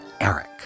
Eric